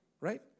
right